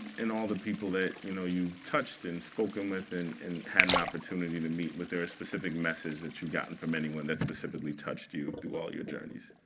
in all the people that you know you've touched and spoken with and and had an opportunity to meet, was there a specific message that you've gotten from anyone that specifically touched you through all your journeys?